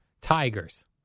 Tigers